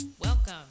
Welcome